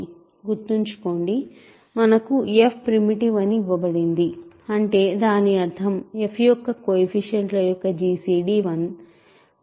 గుర్తుంచుకోండి మనకు f primitive అని ఇవ్వబడింది అంటే దాని అర్ధం f యొక్క కొయెఫిషియంట్ల యొక్క gcd 1